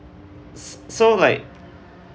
s~ so like